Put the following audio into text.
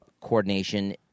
coordination